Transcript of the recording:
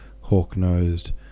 Hawk-nosed